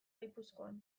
gipuzkoan